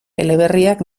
eleberriak